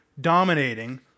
dominating